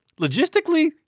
logistically